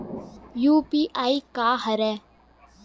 UPI का हरय?